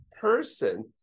person